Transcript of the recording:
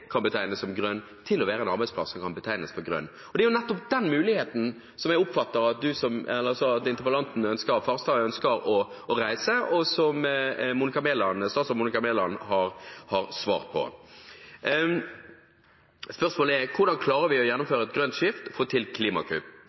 kan betegnes som «grønn». Det er nettopp den muligheten som jeg oppfatter at interpellanten, Farstad, ønsker å reise, og som statsråd Monica Mæland har svart på. Spørsmålet er hvordan vi klarer å gjennomføre et grønt skifte og få til klimakutt.